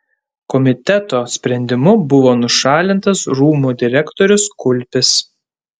komiteto sprendimu buvo nušalintas rūmų direktorius kulpis